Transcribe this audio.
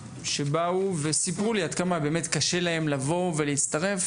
שבאו וסיפרו לי עד כמה באמת קשה להם לבוא ולהצטרף,